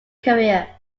career